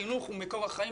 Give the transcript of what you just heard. חינוך הוא מקור החיים.